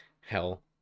Hell